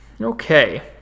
Okay